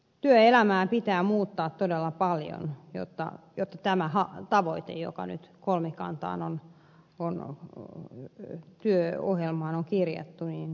työelämää pitää muuttaa todella paljon jotta tämä tavoite joka nyt kolmikantaan työohjelmaan on kirjattu saavutettaisiin